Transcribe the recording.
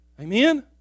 Amen